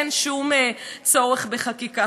אין שום צורך בחקיקה.